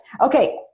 Okay